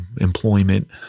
employment